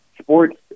sports